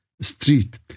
street